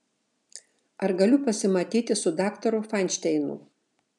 ar galiu pasimatyti su daktaru fainšteinu